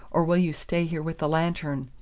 or will you stay here with the lantern?